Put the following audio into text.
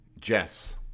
Jess